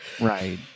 Right